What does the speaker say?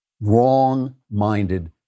wrong-minded